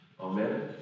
amen